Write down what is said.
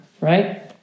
right